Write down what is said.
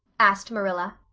asked marilla.